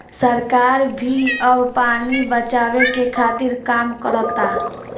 सरकार भी अब पानी बचावे के खातिर काम करता